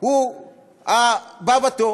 הוא הבא בתור.